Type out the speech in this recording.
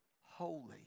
holy